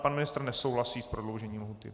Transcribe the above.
Pan ministr nesouhlasí s prodloužením lhůty?